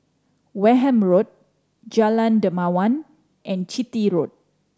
Wareham Road Jalan Dermawan and Chitty Road